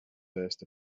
first